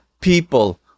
people